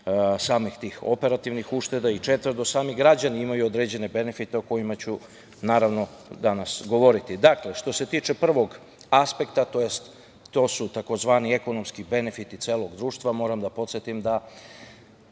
samih tih operativnih uštede. Četvrto, sami građani imaju određene benefite o kojima ću, naravno, danas govoriti. Dakle, što se tiče prvog aspekta, tj. takozvani ekonomski benefiti celog društva, moram da podsetim da